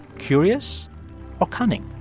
curious or cunning?